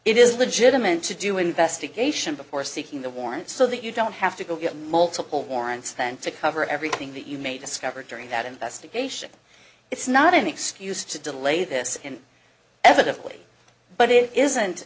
it is legitimate to do investigation before seeking the warrant so that you don't have to go get multiple warrants then to cover everything that you may discover during that investigation it's not an excuse to delay this and evidently but it isn't